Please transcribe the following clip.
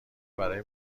برای